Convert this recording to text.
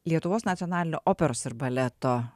lietuvos nacionalinio operos ir baleto